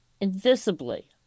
Invisibly